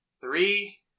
three